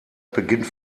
beginnt